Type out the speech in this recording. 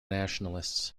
nationalists